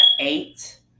eight